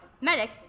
Medic